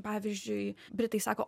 pavyzdžiui britai sako